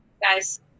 guys